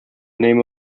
name